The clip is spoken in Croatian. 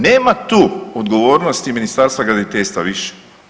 Nema tu odgovornosti Ministarstva graditeljstva više.